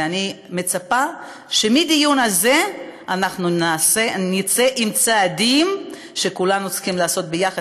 ואני מצפה שמהדיון הזה אנחנו נצא עם צעדים שכולנו צריכים לעשות ביחד,